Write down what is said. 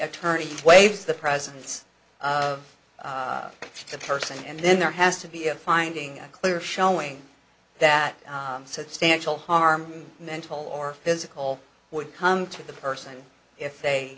attorneys waves the presents to the person and then there has to be a finding a clear showing that substantial harm mental or physical would come to the person if they